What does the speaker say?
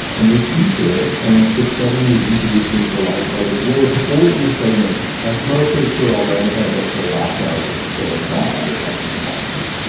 and they feature it and it suddenly is introduced into the lives of others willow before we end the segment, that's mostly true, although independent bookstores also participate in co-op advertising from publishers.